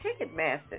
Ticketmaster